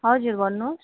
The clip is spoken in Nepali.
हजुर भन्नुहोस्